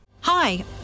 hi